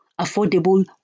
affordable